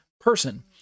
person